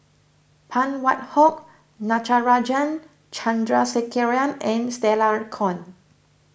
Phan Wait Hong Natarajan Chandrasekaran and Stella Kon